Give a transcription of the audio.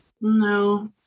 no